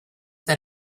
that